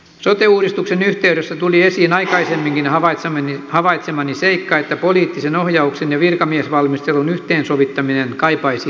sote uudistuksen yhteydessä tuli esiin aikaisemminkin havaitsemani seikka että poliittisen ohjauksen ja virkamiesvalmistelun yhteensovittaminen kaipaisi tarkastelua